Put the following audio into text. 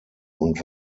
und